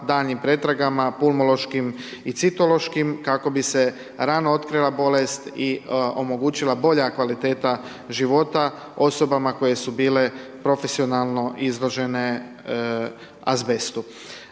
daljnjim pretragama pulmološkim i citološkim kako bi se rano otkrila bolest i omogućila bolja kvaliteta života osobama koje su bile profesionalno izložene azbestu.